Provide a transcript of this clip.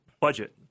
budget